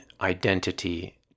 identity